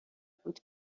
بود